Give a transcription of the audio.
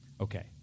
Okay